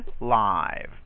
live